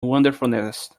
wonderfulness